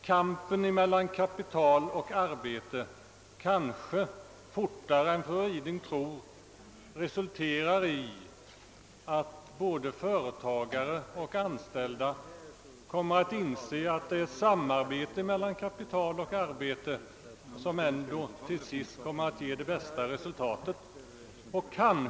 Kampen mellan kapital och arbete kanske fortare än fru Ryding tror resulterar i att både företagare och anställda kommer att inse, att det är samarbete mellan kapital och arbete som till sist ger det bästa resultatet för alla parter.